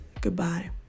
goodbye